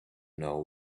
know